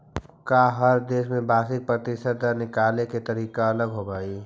का हर देश में वार्षिक प्रतिशत दर निकाले के तरीका अलग होवऽ हइ?